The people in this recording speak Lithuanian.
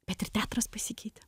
bet ir teatras pasikeitė